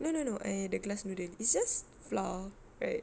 no no no eh the glass noodle it's just flour right